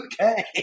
okay